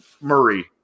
Murray